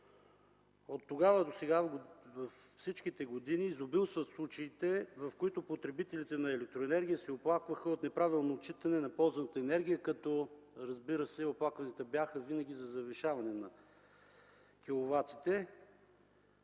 От тогава до сега във всичките години изобилстват случаите, в които потребителите на електроенергия се оплакваха от неправилно отчитане на ползваната енергия, като, разбира се, оплакванията бяха винаги за завишаване на киловатите.